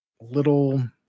little